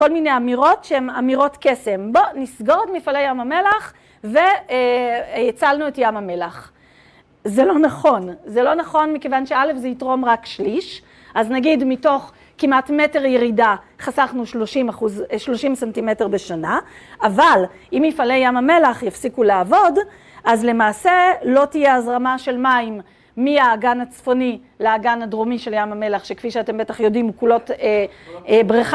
כל מיני אמירות שהן אמירות קסם, בוא נסגור את מפעלי ים המלח והצלנו את ים המלח. זה לא נכון, זה לא נכון מכיוון שא' זה יתרום רק שליש, אז נגיד מתוך כמעט מטר ירידה חסכנו 30 סנטימטר בשנה, אבל אם מפעלי ים המלח יפסיקו לעבוד, אז למעשה לא תהיה הזרמה של מים מהאגן הצפוני לאגן הדרומי של ים המלח, שכפי שאתם בטח יודעים הוא כולו בריכה